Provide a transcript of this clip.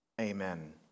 amen